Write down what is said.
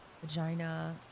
vagina